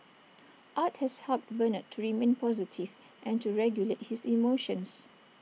art has helped Bernard to remain positive and to regulate his emotions